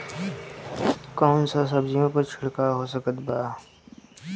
कौन सा सब्जियों पर छिड़काव हो सकत बा?